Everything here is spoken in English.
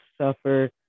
suffer